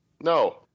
no